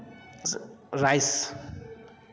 rice